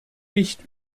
nicht